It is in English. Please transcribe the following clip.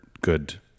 good